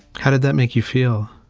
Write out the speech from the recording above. how did that make you feel?